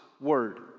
word